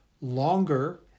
longer